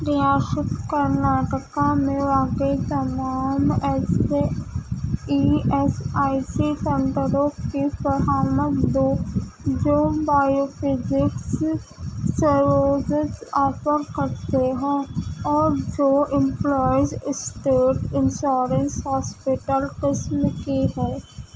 ریاست کرناٹکا میں واقع تمام ایسے ای ایس آئی سی سینٹروں کی دو جو بایو فزکس سروسز آفر کرتے ہیں اور جو امپلائیز اسٹیٹ انشورنس ہاسپیٹل قسم کے ہے